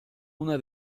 una